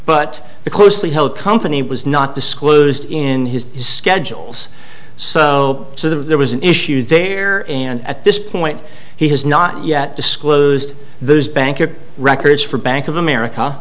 but the closely held company was not disclosed in his schedules so so there was an issue there and at this point he has not yet disclosed those bank records for bank of america